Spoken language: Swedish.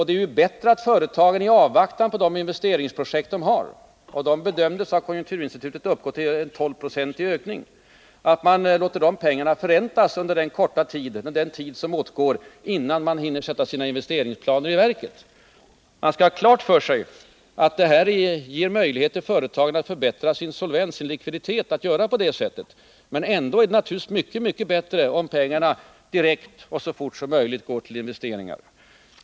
Det är bättre att företagen i avvaktan på att genomföra sina investeringsprojekt — dessa bedömdes av konjunkturinstitutet komma att öka med 12 96 — låter pengarna förräntas under den korta tid det kan gälla. Man skall ha klart för sig att detta förfarande ger företagen möjlighet att förbättra sin solvens och likviditet. Men det är naturligtvis ännu bättre om pengarna direkt och så fort som möjligt går till investeringar.